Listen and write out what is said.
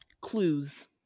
Clues